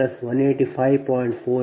483 0